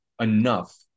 enough